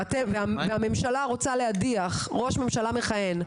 והממשלה רוצה להדיח ראש ממשלה מכהן,